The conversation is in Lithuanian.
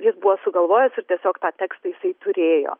jis buvo sugalvojęs ir tiesiog tą tekstą jisai turėjo